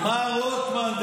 מה רוטמן?